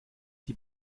die